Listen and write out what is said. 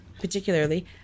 particularly